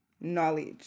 knowledge